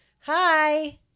hi